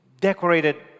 decorated